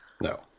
No